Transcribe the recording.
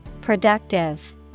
Productive